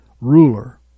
ruler